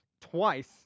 Twice